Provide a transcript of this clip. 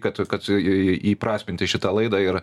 kad kad į įprasminti šitą laidą ir